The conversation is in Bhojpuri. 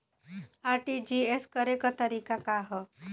आर.टी.जी.एस करे के तरीका का हैं?